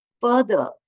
further